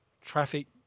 traffic